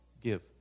give